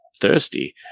thirsty